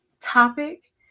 topic